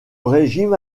régime